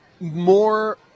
more